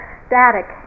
static